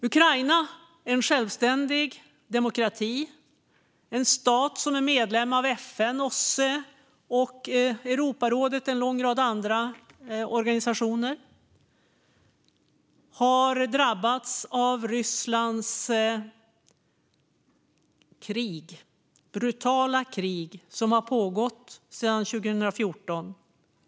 Ukraina, en självständig demokrati, en stat som är medlem av FN, OSSE, Europeiska rådet och en lång rad andra organisationer, har drabbats av Rysslands brutala krig, som har pågått öppet och tydligt sedan 2014.